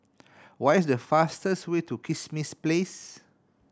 what is the fastest way to Kismis Place